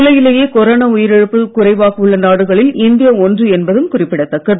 உலகிலேயே கொரோனா உயிரிழப்பு குறைவாக உள்ள நாடுகளில் இந்தியா ஒன்று என்பதும் குறிப்பிடத்தக்கது